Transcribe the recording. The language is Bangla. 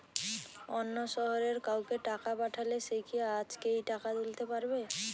অন্য শহরের কাউকে টাকা পাঠালে সে কি আজকেই টাকা তুলতে পারবে?